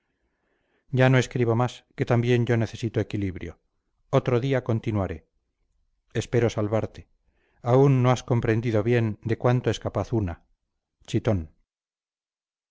ya no escribo más que también yo necesito equilibrio otro día continuaré espero salvarte aún no has comprendido bien de cuánto es capaz una chitón